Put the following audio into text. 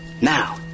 Now